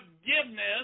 forgiveness